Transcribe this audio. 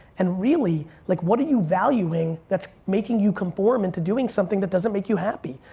and really, like what are you valuing that's making you conform into doing something that doesn't make you happy,